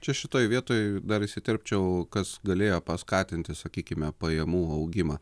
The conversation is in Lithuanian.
čia šitoj vietoj dar įsiterpčiau kas galėjo paskatinti sakykime pajamų augimą